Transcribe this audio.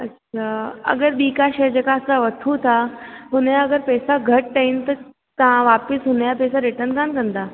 अच्छा अगरि बि का शइ जेका असां वठूं था उन जा अगरि पैसा घटि आहिनि त तव्हां वापिसि उन जा पैसा रिटर्न कोन्ह कंदा